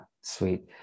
sweet